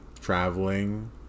traveling